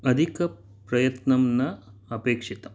अधिकप्रयत्नं न अपेक्षितम्